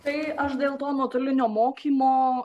tai aš dėl to nuotolinio mokymo